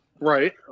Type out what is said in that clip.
right